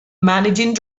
managing